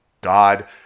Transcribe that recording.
God